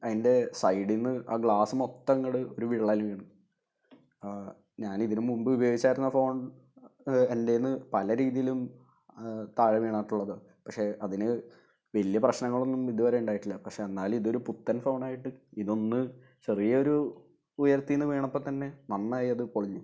അതിൻ്റെ സൈഡിൽ നിന്ന് ആ ഗ്ലാസ്സ് മൊത്തം ഇങ്ങോട്ട് ഒരു വിള്ളൽ വീണ് ഞാൻ ഇതിനു മുമ്പ് ഉപയോഗിച്ചായിരുന്ന ഫോൺ എൻ്റെന്ന് പല രീതിയിലും താഴെ വീണിട്ടുള്ളത് പക്ഷെ അതിന് വലിയ പ്രശ്നങ്ങളൊന്നും ഇതുവരെ ഉണ്ടായിട്ടില്ല പക്ഷെ എന്നാലും ഇതൊരു പുത്തൻ ഫോണായിട്ട് ഇതൊന്ന് ചെറിയ ഒരു ഉയരത്തിൽ നിന്ന് വീണപ്പോൾ തന്നെ നന്നായി അത് പൊളിഞ്ഞു